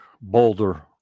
boulder